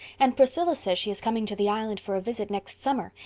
and priscilla says she is coming to the island for a visit next summer,